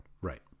right